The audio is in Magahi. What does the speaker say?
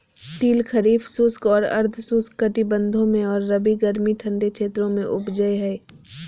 तिल खरीफ शुष्क और अर्ध शुष्क कटिबंधों में और रबी गर्मी ठंडे क्षेत्रों में उपजै हइ